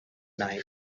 night